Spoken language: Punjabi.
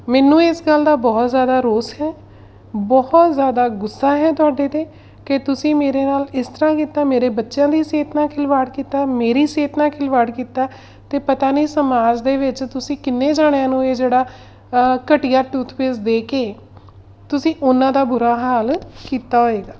ਮੈਨੂੰ ਇਸ ਗੱਲ ਦਾ ਬਹੁਤ ਜ਼ਿਆਦਾ ਰੋਸ ਹੈ ਬਹੁਤ ਜ਼ਿਆਦਾ ਗੁੱਸਾ ਹੈ ਤੁਹਾਡੇ 'ਤੇ ਕਿ ਤੁਸੀਂ ਮੇਰੇ ਨਾਲ ਇਸ ਤਰ੍ਹਾਂ ਕੀਤਾ ਮੇਰੇ ਬੱਚਿਆਂ ਦੀ ਸਿਹਤ ਨਾਲ ਖਿਲਵਾੜ ਕੀਤਾ ਮੇਰੀ ਸਿਹਤ ਨਾਲ ਖਿਲਵਾੜ ਕੀਤਾ ਅਤੇ ਪਤਾ ਨਹੀਂ ਸਮਾਜ ਦੇ ਵਿੱਚ ਤੁਸੀਂ ਕਿੰਨੇ ਜਣਿਆਂ ਨੂੰ ਇਹ ਜਿਹੜਾ ਘਟੀਆ ਟੂਥਪੇਸਟ ਦੇ ਕੇ ਤੁਸੀਂ ਉਹਨਾਂ ਦਾ ਬੁਰਾ ਹਾਲ ਕੀਤਾ ਹੋਏਗਾ